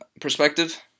perspective